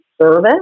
service